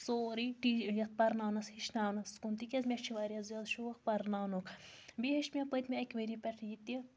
سورُے ٹی یَتھ پَرناونَس ہیٚچھناونَس کُن تِکیٛازِ مےٚ چھِ واریاہ زیادٕ شوق پَرناونُک بیٚیہِ ہیٚوچھ مےٚ پٔتۍمہِ اَکہِ ؤری پٮ۪ٹھ یہِ تہِ